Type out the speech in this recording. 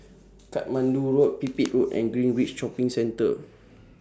Katmandu Road Pipit Road and Greenridge Shopping Centre